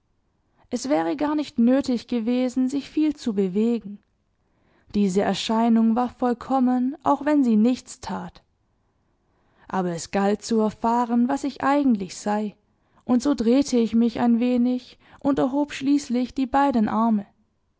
es wäre gar nicht nötig gewesen sich viel zu bewegen diese erscheinung war vollkommen auch wenn sie nichts tat aber es galt zu erfahren was ich eigentlich sei und so drehte ich mich ein wenig und erhob schließlich die beiden arme